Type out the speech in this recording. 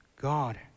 God